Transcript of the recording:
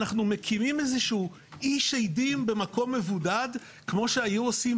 אנחנו מקימים איזשהו אי שדים במקום מבודד כמו שהיו עושים